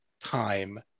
time